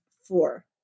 Four